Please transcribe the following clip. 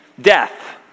death